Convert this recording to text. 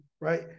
right